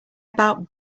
about